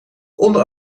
onder